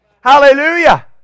Hallelujah